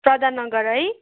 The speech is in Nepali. प्रधान नगर है